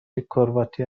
کرواتی